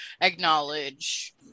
acknowledge